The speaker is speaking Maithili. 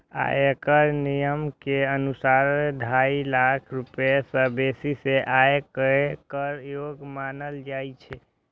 आयकर नियम के अनुसार, ढाई लाख रुपैया सं बेसी के आय कें कर योग्य मानल जाइ छै